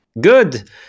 Good